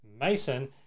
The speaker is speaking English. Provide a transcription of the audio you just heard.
Mason